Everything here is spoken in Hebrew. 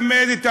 ללמד את האנשים,